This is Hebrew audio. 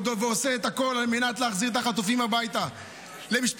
ועושה הכול על מנת להחזיר את החטופים הביתה למשפחותיהם,